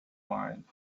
mind